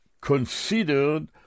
considered